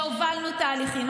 זה הובלנו תהליכים.